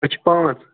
أسۍ چھِ پانژھ